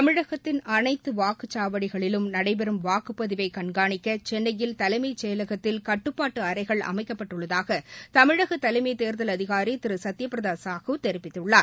தமிழகத்தின் அனைத்து வாக்குச்சாவடிகளிலும் நடைபெறும் வாக்குப்பதிவை கண்காணிக்க சென்னையில் தலைமை செயலகத்தில் கட்டுப்பாட்டு அறைகள் அமைக்கப்பட்டுள்ளதாக தமிழக தலைமை தேர்தல் அதிகாரி திரு சத்யபிரதா சாஹு தெரிவித்துள்ளார்